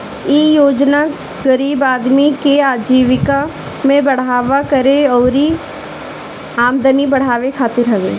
इ योजना गरीब आदमी के आजीविका में बढ़ावा करे अउरी आमदनी बढ़ावे खातिर हवे